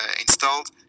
installed